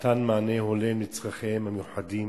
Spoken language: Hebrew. ומתן מענה הולם לצורכיהם המיוחדים